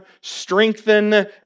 strengthen